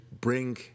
bring